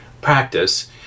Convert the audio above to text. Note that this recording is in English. practice